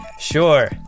Sure